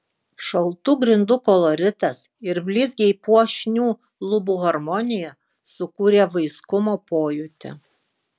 šaltų grindų koloritas ir blizgiai puošnių lubų harmonija sukūrė vaiskumo pojūtį